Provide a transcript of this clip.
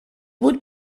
would